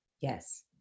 Yes